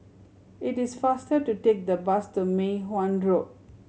it is faster to take the bus to Mei Hwan Road